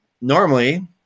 normally